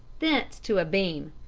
thence to a beam,